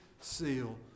seal